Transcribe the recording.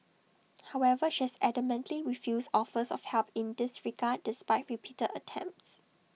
however she has adamantly refused offers of help in this regard despite repeated attempts